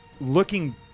looking